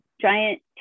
giant